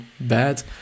bad